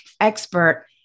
expert